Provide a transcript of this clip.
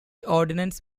ordinance